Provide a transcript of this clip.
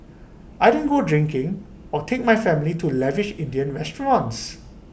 I didn't go drinking or take my family to lavish Indian restaurants